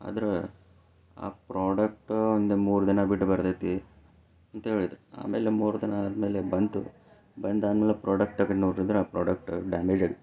ಆದ್ರೆ ಆ ಪ್ರಾಡಕ್ಟ್ ಒಂದು ಮೂರು ದಿನ ಬಿಟ್ಟು ಬರತೈತಿ ಅಂತ ಹೇಳಿದ್ರು ಆಮೇಲೆ ಮೂರು ದಿನ ಆದಮೇಲೆ ಬಂತು ಬಂದು ಆದಮೇಲೆ ಪ್ರಾಡಕ್ಟ್ ತೆಗೆದು ನೋಡಿದ್ರೆ ಆ ಪ್ರಾಡಕ್ಟ್ ಡ್ಯಾಮೇಜ್ ಆಗಿತ್ತು